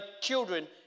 children